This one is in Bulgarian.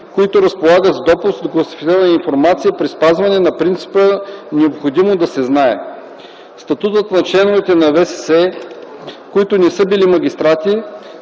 които разполагат с допуск до класифицирана информация при спазване на принципа „необходимо да се знае”. Статутът на членовете на ВСС, които не са били магистрати,